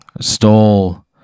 stole